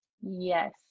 Yes